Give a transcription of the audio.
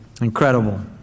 Incredible